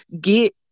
get